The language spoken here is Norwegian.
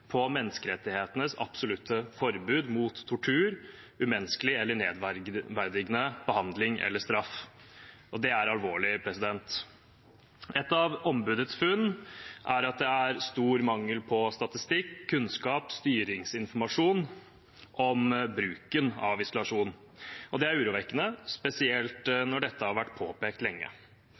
på menneskerettighetenes absolutte forbud mot tortur, umenneskelig eller nedverdigende behandling eller straff. Det er alvorlig. Et av ombudets funn er at det er stor mangel på statistikk, kunnskap og styringsinformasjon om bruken av isolasjon. Det er urovekkende, spesielt når dette har vært påpekt lenge.